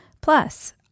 Plus